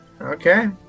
Okay